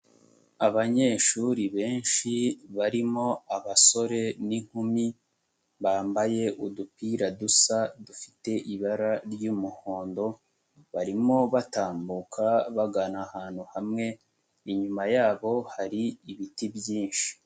Abanyeshuri benshi barimo abasore n'inkumi, bambaye udupira dusa dufite ibara ry'umuhondo, barimo batambuka bagana ahantu hamwe, inyuma yabo hari ibiti byinshi.